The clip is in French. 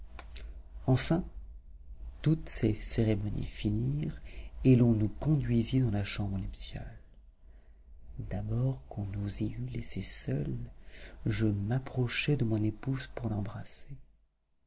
enfin toutes ces cérémonies finirent et l'on nous conduisit dans la chambre nuptiale d'abord qu'on nous y eut laissés seuls je m'approchai de mon épouse pour l'embrasser